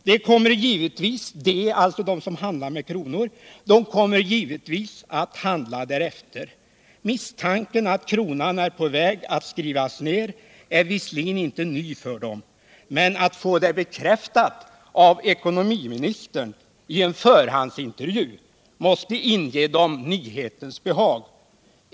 De kommer givetvis att handla därefter. Misstanken att kronan är på väg att skrivas ner är visserligen inte ny för dem. Men att få det bekräftat av ekonomiministern i en förhandsintervju måste inge dem nyhetens behag.